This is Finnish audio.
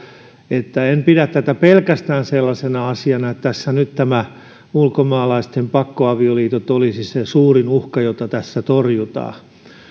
että en pidä tätä pelkästään sellaisena asiana että tässä nyt ulkomaalaisten pakkoavioliitot olisivat se suurin uhka jota tässä torjutaan